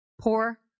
poor